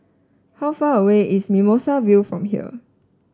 how far away is Mimosa View from here